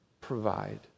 provide